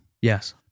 Yes